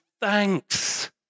thanks